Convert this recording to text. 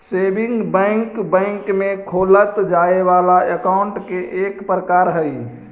saving bank bank में खोलल जाए वाला अकाउंट के एक प्रकार हइ